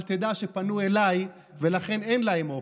אבל תדע שפנו אליי, ולכן אין להם אופציות.